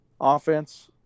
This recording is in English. offense